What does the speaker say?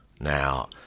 Now